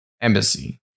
embassy